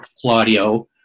Claudio